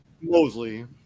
Mosley